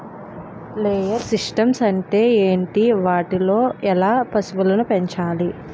Layer systems అంటే ఏంటి? వాటిలో ఎలా పశువులను పెంచాలి?